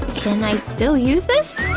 can i still use this?